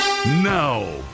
Now